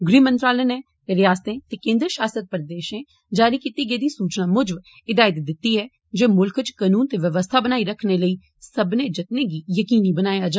गृहमंत्रालय नै रिआसतें ते केन्द्र षासित प्रदेषें जारी कीती गेदी सूचना मूजब हिदायत दित्ती ऐ जे मुल्ख च कनून ते बवस्था बनाई रखने लेई सब्बनें जतनें गी जकीनी बनाया जा